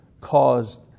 caused